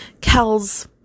Kel's